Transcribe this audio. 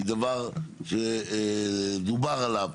זה דבר שדובר עליו,